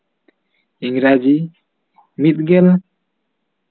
ᱤᱝᱨᱮᱡᱤ ᱢᱤᱫᱜᱮᱞ